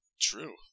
True